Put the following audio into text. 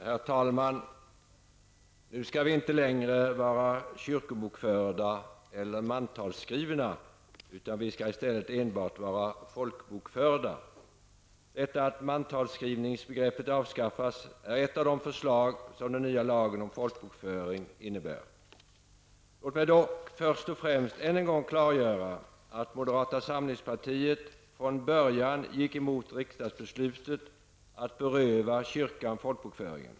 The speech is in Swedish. Herr talman! Nu skall vi inte längre vara kyrkobokförda eller mantalsskrivna utan vi skall i stället enbart vara folkbokförda. Detta att mantalsskrivningsbegreppet avskaffas är ett av de förslag som den nya lagen om folkbokföring innebär. Låt mig dock först och främst än en gång klargöra att moderata samlingspartiet från början gick emot riksdagsbeslutet att beröva kyrkan folkbokföringen.